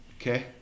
Okay